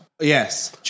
Yes